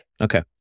Okay